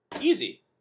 easy